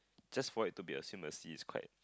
just for it to be assume a C it's quite